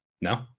no